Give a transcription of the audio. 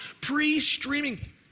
pre-streaming